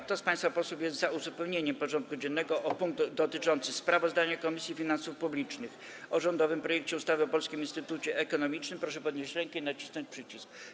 Kto z państwa posłów jest za uzupełnieniem porządku dziennego o punkt dotyczący sprawozdania Komisji Finansów Publicznych o rządowym projekcie ustawy o Polskim Instytucie Ekonomicznym, proszę podnieść rękę i nacisnąć przycisk.